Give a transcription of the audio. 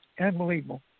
Unbelievable